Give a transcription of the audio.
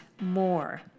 more